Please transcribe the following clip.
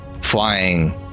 flying